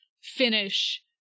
finish